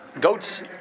goats